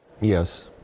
Yes